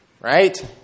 right